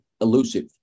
elusive